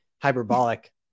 hyperbolic